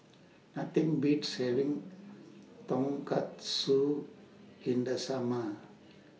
Nothing Beats having Tonkatsu in The Summer